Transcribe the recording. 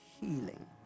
healing